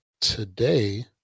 today